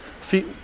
feet